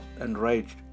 enraged